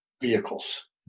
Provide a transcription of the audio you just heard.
vehicles